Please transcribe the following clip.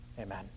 Amen